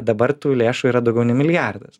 dabar tų lėšų yra daugiau nei milijardas